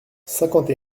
cinquante